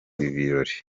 birori